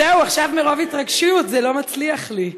זהו, עכשיו מרוב התרגשות זה לא מצליח לי.